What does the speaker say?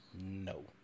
No